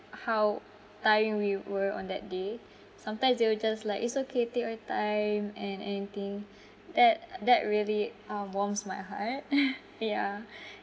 how tiring we were on that day sometimes they will just like it's okay take your time and anything that that really um warms my heart yeah